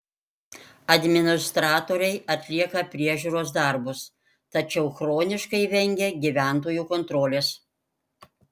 administratoriai atlieka priežiūros darbus tačiau chroniškai vengia gyventojų kontrolės